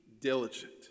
diligent